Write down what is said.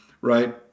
right